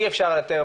אי אפשר יותר,